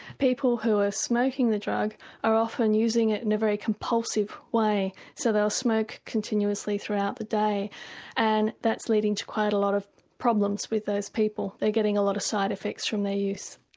people who are smoking the drug are often using it in a very compulsive way so they'll smoke continuously throughout the day and that's leading to quite a lot of problems with those people, they are getting a lot of side effects from their use.